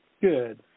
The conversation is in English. Good